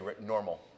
normal